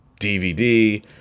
DVD